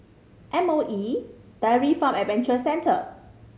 M O E Dairy Farm Adventure Centre